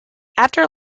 after